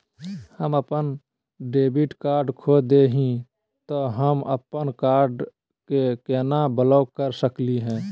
हम अपन debit card खो दे ही, त हम अप्पन कार्ड के केना ब्लॉक कर सकली हे?